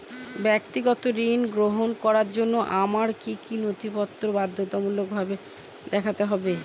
ব্যক্তিগত ঋণ গ্রহণ করার জন্য আমায় কি কী নথিপত্র বাধ্যতামূলকভাবে দেখাতে হবে?